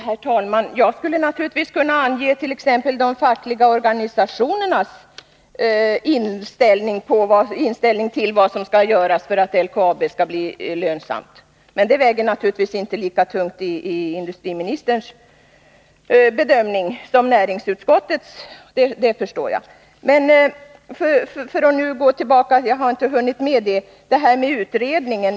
Herr talman! Jag skulle naturligtvis kunna redovisa t.ex. de fackliga organisationernas inställning till vad som skall göras för att LKAB skall bli lönsamt. Men det väger naturligtvis inte lika tungt vid industriministerns bedömning som näringsutskottets uppfattning gör — det förstår jag. Men låt mig gå tillbaka till det här med utredningen — jag hann inte ta upp det i mitt förra inlägg.